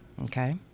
Okay